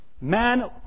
Man